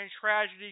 tragedy